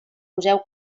museu